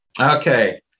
Okay